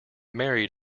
married